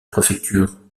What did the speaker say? préfecture